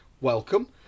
welcome